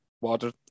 water